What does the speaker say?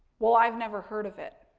well, i've never heard of it.